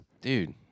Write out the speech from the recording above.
dude